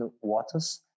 waters